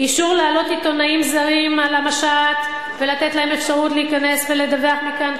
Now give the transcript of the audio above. אישור להעלות עיתונאים זרים למשט ולתת להם אפשרות להיכנס ולדווח מכאן,